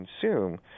consume